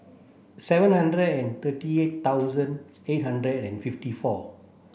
seven hundred and thirty thousand eight hundred and fifty four